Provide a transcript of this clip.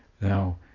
Now